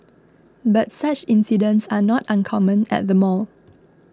but such incidents are not uncommon at the mall